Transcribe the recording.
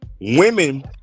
Women